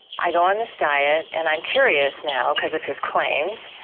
i go on this diet and i'm curious now because of his claims,